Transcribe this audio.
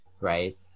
right